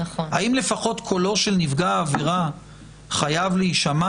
האם לפחות קולו של נפגע עבירה חייב להישמע?